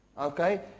Okay